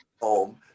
home